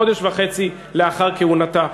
חודש וחצי לאחר תחילת כהונתה.